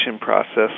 process